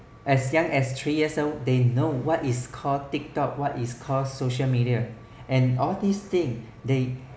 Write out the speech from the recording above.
as young as three years old they know what is called tiktok what is called social media and all this thing they